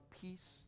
peace